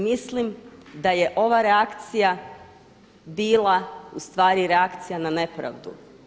Mislim da je ova reakcija bila ustvari reakcija na nepravdu.